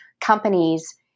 companies